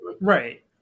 Right